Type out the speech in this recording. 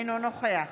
אינו נוכח